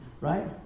right